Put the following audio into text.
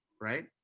right